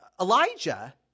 Elijah